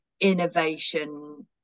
innovation